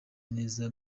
neza